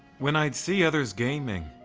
when i'd see others gaming,